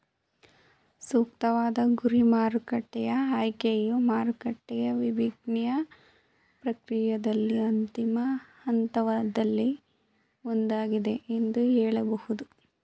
ಸೂಕ್ತವಾದ ಗುರಿ ಮಾರುಕಟ್ಟೆಯ ಆಯ್ಕೆಯು ಮಾರುಕಟ್ಟೆಯ ವಿಭಜ್ನೆಯ ಪ್ರಕ್ರಿಯೆಯಲ್ಲಿ ಅಂತಿಮ ಹಂತಗಳಲ್ಲಿ ಒಂದಾಗಿದೆ ಎಂದು ಹೇಳಬಹುದು